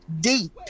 deep